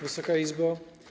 Wysoka Izbo!